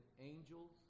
angels